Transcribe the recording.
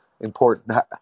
important